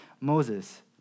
Moses